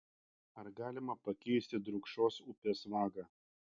ar galima pakeisti drūkšos upės vagą